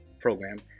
program